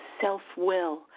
self-will